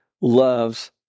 loves